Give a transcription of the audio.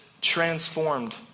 transformed